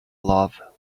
love